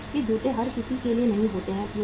Nike के जूते हर किसी के लिए नहीं होते हैं